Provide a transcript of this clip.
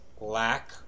lack